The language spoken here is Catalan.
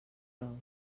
plou